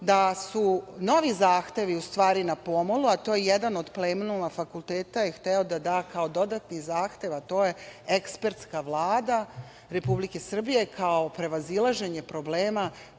da su novi zahtevi na pomolu, a to je jedan od plenuma fakulteta hteo da da kao dodatni zahtev, a to je ekspertska vlada Republike Srbije kao prevazilaženje problema